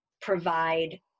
provide